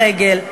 ברגל,